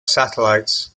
satellites